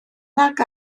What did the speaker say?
nag